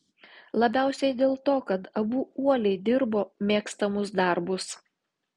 labiausiai dėl to kad abu uoliai dirbo mėgstamus darbus